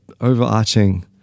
overarching